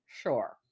Sure